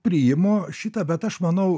priimu šitą bet aš manau